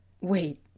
Wait